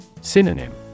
Synonym